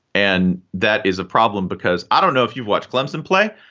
and that is a problem because i don't know if you've watch clemson play,